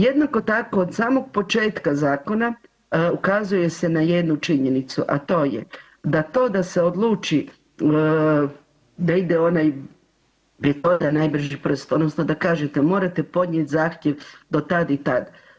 Jednako tako od samog početka zakona ukazuje se na jednu činjenicu, a to je da to da se odluči da ide onaj pretpostavljam najbrži prst odnosno da kažete morate podnijet zahtjev do tad i tad.